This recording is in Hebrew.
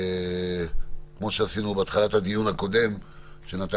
אני מבקש שזה